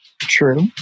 True